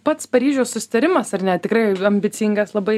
pats paryžiaus susitarimas ar ne tikrai ambicingas labai